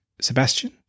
Sebastian